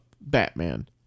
Batman